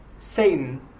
Satan